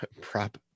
Prop